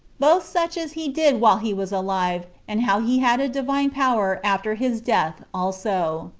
both such as he did while he was alive, and how he had a divine power after his death also.